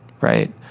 right